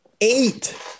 Eight